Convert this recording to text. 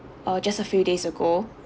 uh just a few days ago